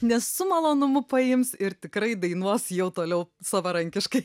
nes su malonumu paims ir tikrai dainuos jau toliau savarankiškai